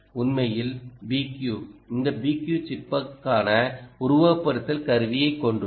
உண்மையில் BQ இந்த BQ சிப்புக்கான உருவகப்படுத்துதல் கருவியைக் கொண்டுள்ளது